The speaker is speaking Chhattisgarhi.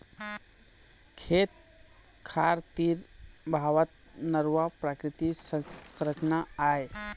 खेत खार तीर बहावत नरूवा प्राकृतिक संरचना आय